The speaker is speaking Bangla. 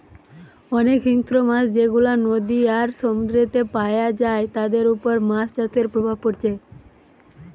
অনেক হিংস্র মাছ যেগুলা নদী আর সমুদ্রেতে পায়া যায় তাদের উপর মাছ চাষের প্রভাব পড়ছে